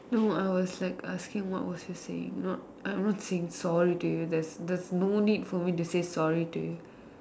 no I was like asking what was you saying not I am not saying sorry to you there is there is no need for me to say sorry to you